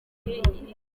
huye